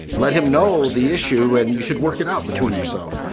let him know the issue and you should work it out between yourself.